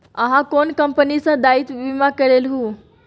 अहाँ कोन कंपनी सँ दायित्व बीमा करेलहुँ